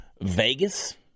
Vegas